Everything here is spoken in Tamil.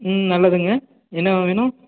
ம் நல்லதுங்க என்னங்க வேணும்